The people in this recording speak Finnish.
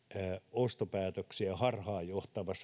ostopäätöksiä harhaan johtavaa